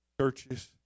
churches